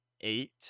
eight